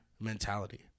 mentality